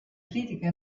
critica